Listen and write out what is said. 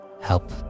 help